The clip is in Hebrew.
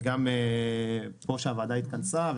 וגם על שהוועדה התכנסה פה,